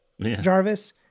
Jarvis